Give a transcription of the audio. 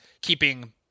keeping